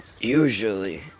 Usually